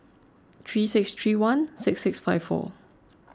three six three one six six five four